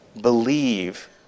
believe